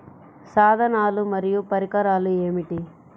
సాధనాలు మరియు పరికరాలు ఏమిటీ?